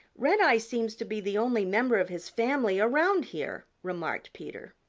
redeye seems to be the only member of his family around here, remarked peter.